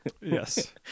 yes